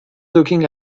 looking